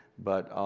but